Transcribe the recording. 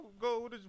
Go